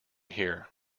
here